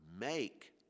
make